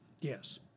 Yes